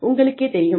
உங்களுக்கே தெரியும்